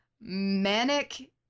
manic